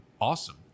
awesome